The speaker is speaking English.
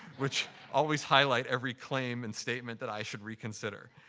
which always highlight every claim and statement that i should reconsider.